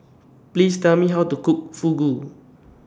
Please Tell Me How to Cook Fugu